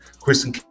Christian